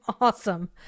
Awesome